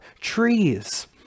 trees